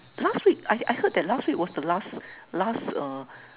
last week I I heard that last week was the last last uh